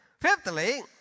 Fifthly